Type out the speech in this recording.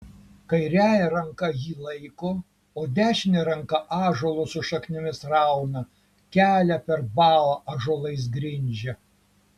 kairiąja ranka jį laiko o dešine ranka ąžuolus su šaknimis rauna kelią per balą ąžuolais grindžia